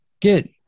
get